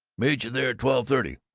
meet you there twelve-thirty.